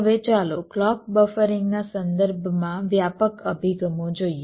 હવે ચાલો clock buffering ના સંદર્ભમાં વ્યાપક અભિગમો જોઈએ